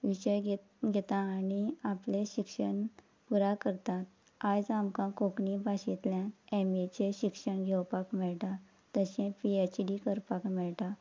विशय घेत घेता आनी आपलें शिक्षण पुराय करतात आयज आमकां कोंकणी भाशेंतल्यान एमएचें शिक्षण घेवपाक मेळटा तशें पी एच डी करपाक मेळटा